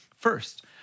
First